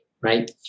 Right